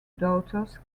daughters